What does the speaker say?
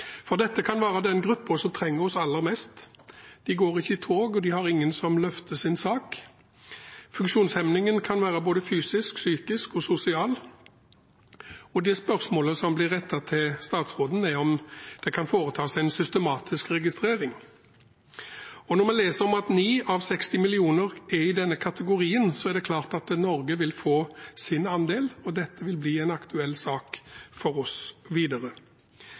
fått. Dette kan være den gruppen som trenger oss aller mest. De går ikke i tog, og de har ingen til å løfte sin sak. Funksjonshemningen kan være både fysisk, psykisk og sosial, og spørsmålet som blir rettet til statsråden, er om det kan foretas en systematisk registrering. Når vi leser at 9 millioner av 60 millioner er i denne kategorien, er det klart at Norge vil få sin andel, og dette vil bli en aktuell sak for oss videre.